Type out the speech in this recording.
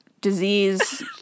disease